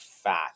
fat